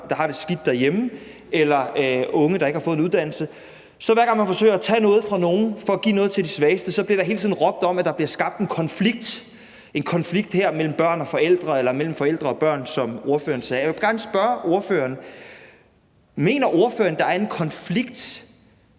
der har det skidt derhjemme, eller unge, der ikke har fået en uddannelse, hver gang man forsøger at tage noget fra nogen for at give noget til de svageste, bliver der hele tiden råbt op om, at der bliver skabt en konflikt her mellem forældre og børn, som ordføreren sagde. Jeg vil gerne spørge ordføreren: Mener ordføreren, det er at lave en konflikt